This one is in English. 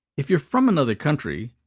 if you're from another country,